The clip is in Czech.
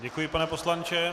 Děkuji, pane poslanče.